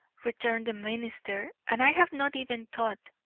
returned the minister, and i have not even thought.